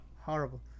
Horrible